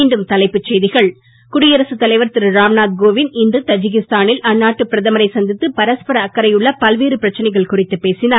மீண்டும் தலைப்புச் செய்திகள் குடியரசு தலைவர் திரு ராம்நாத் கோவிந்த் இன்று தஜிகிஸ்தானில் அந்நாட்டு பிரதமரை சந்தித்து பரஸ்பர அக்கறையுன்ன பல்வேறு பிரச்சனைகள் குறித்து பேசினார்